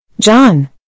John